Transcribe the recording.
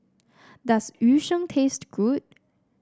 does Yu Sheng taste good